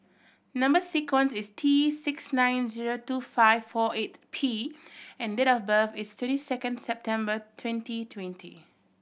number sequence is T six nine zero two five four eight P and date of birth is twenty second September twenty twenty